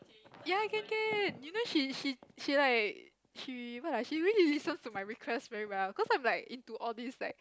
ya can can you know she she she like she what ah she really listens to my requests very well cause I'm like into all these like